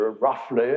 roughly